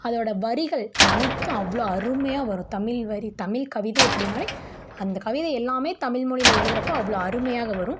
அதோட வரிகள் அனைத்தும் அவ்வளோ அருமையாக வரும் தமிழ்வரி தமிழ் கவிதை அப்படினாலே அந்தக் கவிதை எல்லாமே தமிழ் மொழியில் எழுதுகிறப்போ அவ்வளோ அருமையாக வரும்